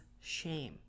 shame